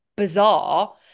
bizarre